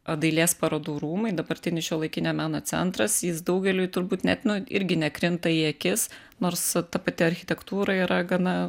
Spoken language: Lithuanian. o dailės parodų rūmai dabartinis šiuolaikinio meno centras jis daugeliui turbūt net irgi nekrinta į akis nors ta pati architektūra yra gana